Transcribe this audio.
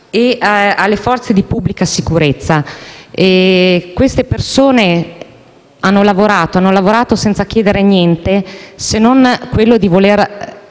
e alle forze di pubblica sicurezza. Queste persone hanno lavorato senza chiedere niente, se non di rivedere